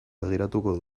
begiratuko